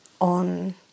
on